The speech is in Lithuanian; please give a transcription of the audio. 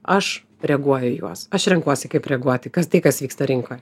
aš reaguoju į juos aš renkuosi kaip reaguoti kad tai kas vyksta rinkoj